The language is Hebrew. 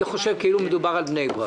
אני חושב על זה כאילו מדובר על בני ברק.